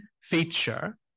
feature